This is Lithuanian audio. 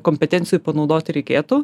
kompetencijų panaudoti reikėtų